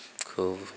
खूब